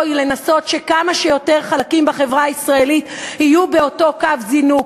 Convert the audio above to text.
היא לנסות שכמה שיותר חלקים בחברה הישראלית יהיו באותו קו זינוק,